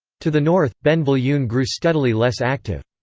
to the north, ben viljoen grew steadily less active.